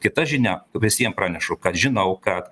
kita žinia visiem pranešu kad žinau kad